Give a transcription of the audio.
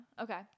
Okay